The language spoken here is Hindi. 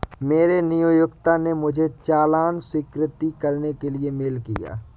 मेरे नियोक्ता ने मुझे चालान स्वीकृत करने के लिए मेल किया